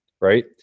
right